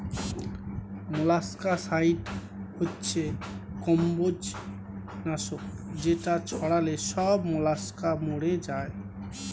molluscicide হচ্ছে কম্বোজ নাশক যেটা ছড়ালে সব মোলাস্কা মরে যায়